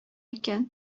икән